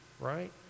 right